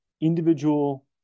individual